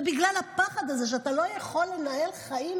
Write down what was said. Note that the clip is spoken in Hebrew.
זה בגלל הפחד הזה שאתה לא יכול לנהל חיים.